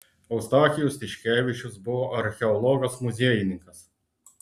eustachijus tiškevičius buvo archeologas muziejininkas